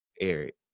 Eric